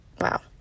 Wow